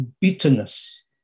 bitterness